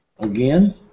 Again